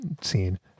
scene